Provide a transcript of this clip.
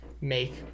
make